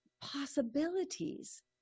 possibilities